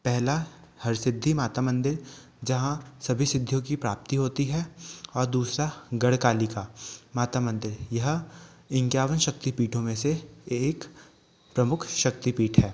पहला हरसिद्धि माता मंदिर जहाँ सभी सिद्धियों कि प्राप्ति होती हैं और दूसरा गढ़कालिक माता मंदिर यह इनक्यावन शक्तिपीठों में से एक प्रमुख शक्तिपीठ है